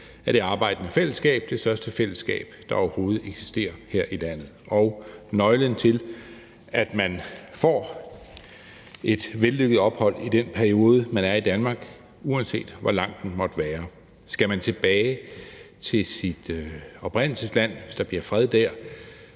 af det arbejdende fællesskab – det største fællesskab, der overhovedet eksisterer her i landet, og nøglen til, at man får et vellykket ophold i den periode, man er i Danmark, uanset hvor lang den måtte være. Skal man tilbage til sit oprindelsesland, hvis der bliver fred der,